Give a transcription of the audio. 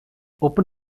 open